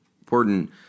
important